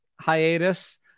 hiatus